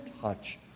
touch